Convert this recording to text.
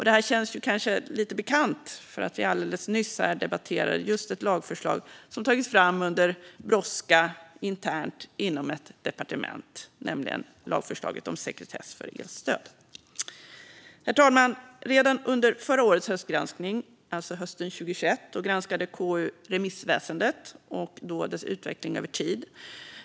Det här känns ju lite bekant, kanske för att vi nyligen debatterade ett lagförslag som hade tagits fram under brådska internt inom ett departement, nämligen lagförslaget om sekretess för elstöd. Herr talman! Redan under den förra höstgranskningen, alltså hösten 2021, granskade KU remissväsendet och dess utveckling över tid.